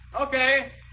Okay